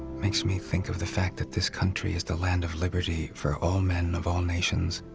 makes me think of the fact that this country is the land of liberty for all men of all nations